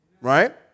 right